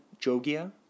Jogia